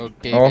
Okay